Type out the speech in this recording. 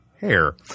Hair